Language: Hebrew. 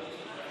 סיעת